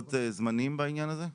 לוחות זמנים בעניין הזה?